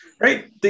right